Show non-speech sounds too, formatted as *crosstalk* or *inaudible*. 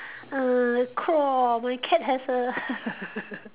err crawl my cat has a *laughs*